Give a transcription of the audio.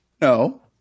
No